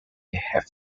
have